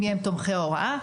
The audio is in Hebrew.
מי הם תומכי ההוראה?